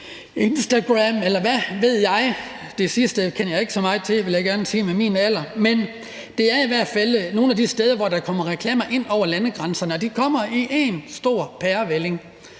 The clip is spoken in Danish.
Instagram, eller hvad ved jeg. Det sidste kender jeg ikke så meget til, vil jeg gerne sige, med min alder. Men det er i hvert fald nogle af de steder, hvor der kommer reklamer ind over landegrænserne, og de kommer i en stor pærevælling.